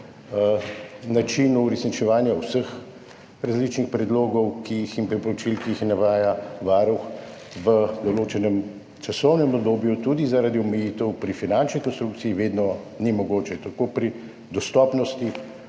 načinu uresničevanja vseh različnih predlogov in priporočil, ki jih navaja Varuh v določenem časovnem obdobju, tudi zaradi omejitev pri finančni konstrukciji ni vedno mogoče, tako pri dostopnosti